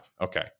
okay